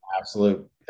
Absolute